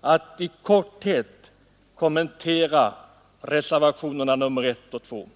att i korthet kommentera reservationerna 1 och 2.